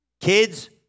kids